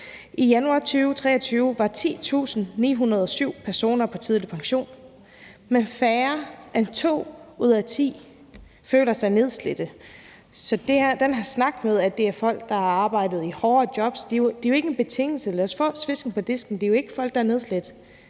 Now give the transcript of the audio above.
I januar 2023 var 10.907 personer på tidlig pension, men færre end to ud af ti føler sig nedslidte. Så den her snak om, at det er folk, der har arbejdet i hårde jobs, er jo ikke en betingelse. Lad os få svesken på disken. Det er jo ikke folk, der er nedslidte.